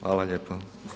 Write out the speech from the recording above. Hvala lijepo.